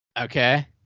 okay